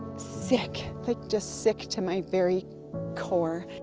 sick, like just sick to my very core.